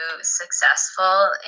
successful